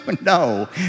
No